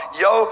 yo